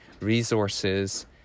resources